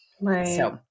Right